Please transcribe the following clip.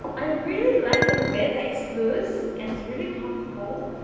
i really like the fella it's loose and really comfortable,